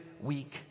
week